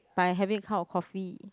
by having a cup of coffee